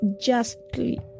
justly